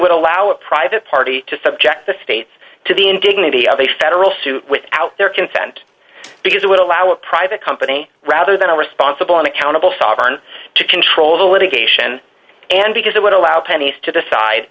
would allow a private party to subject the state to the indignity of a federal suit without their consent because it would allow a private company rather than a responsible and accountable sovern to control the litigation and because it would allow pennies to decide